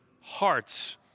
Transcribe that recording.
hearts